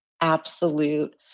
absolute